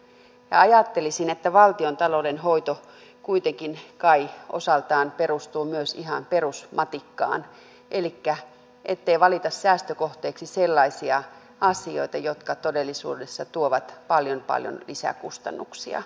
ja ajattelisin että valtiontalouden hoito kuitenkin kai osaltaan perustuu myös ihan perusmatikkaan elikkä siihen ettei valita säästökohteiksi sellaisia asioita jotka todellisuudessa tuovat paljon paljon lisäkustannuksia